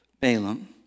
Balaam